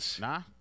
Nah